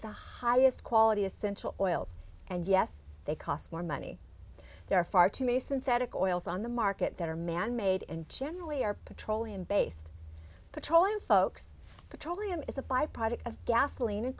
the highest quality essential oils and yes they cost more money there are far too many synthetic oils on the market that are manmade and generally are petroleum based petroleum folks petroleum is a byproduct of gasoline